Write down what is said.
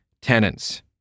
tenants